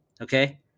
okay